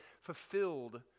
fulfilled